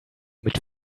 mit